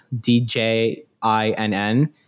D-J-I-N-N